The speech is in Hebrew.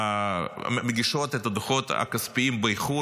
מגישות את הדוחות הכספיים באיחור.